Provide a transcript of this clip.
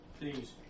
Please